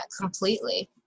completely